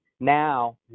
Now